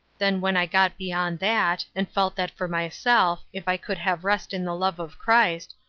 then when i got beyond that, and felt that for myself, if i could have rest in the love of christ,